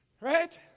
Right